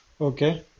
Okay